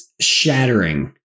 shattering